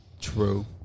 true